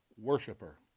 worshiper